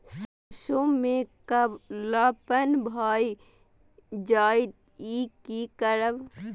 सरसों में कालापन भाय जाय इ कि करब?